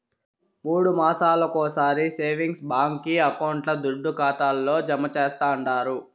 మూడు మాసాలొకొకసారి సేవింగ్స్ బాంకీ అకౌంట్ల దుడ్డు ఖాతాల్లో జమా చేస్తండారు